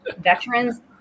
veterans